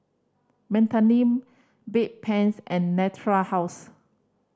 Betadine Bedpans and Natura House